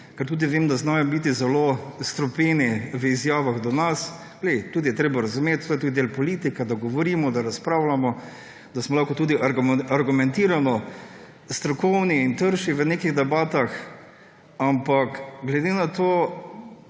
ker tudi vem, da znajo biti zelo strupeni v izjavah do nas; ej, tudi je treba razumeti, to je del politike, da govorimo, da razpravljamo, da smo lahko tudi argumentirano strokovni in trši v nekih debatah. Ampak glede na to,